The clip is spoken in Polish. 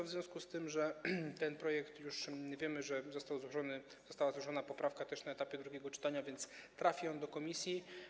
W związku z tym, że ten projekt, jak już wiemy, został złożony, została też złożona poprawka na etapie drugiego czytania, trafi on do komisji.